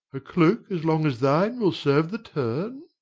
a cloak as long as thine will serve the turn?